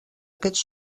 aquests